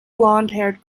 blondhaired